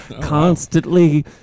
Constantly